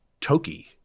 Toki